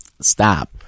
stop